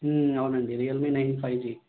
అవునండి Realme nine five G